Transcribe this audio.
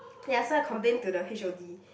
ya so I complain to the H_O_D